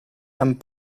and